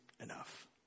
enough